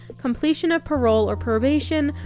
completion of parole or probation,